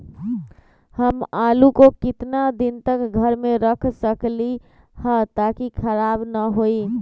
हम आलु को कितना दिन तक घर मे रख सकली ह ताकि खराब न होई?